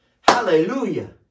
Hallelujah